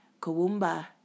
Kowumba